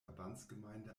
verbandsgemeinde